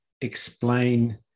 explain